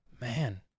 man